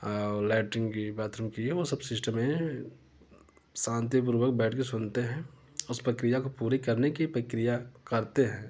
और लैटरिंग की बाथरूम की वो सब सिस्टम है शांतिपूर्वक बैठ के सुनते हैं उस प्रक्रिया को पूरी करने की प्रक्रिया करते हैं